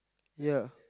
ya